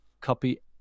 copy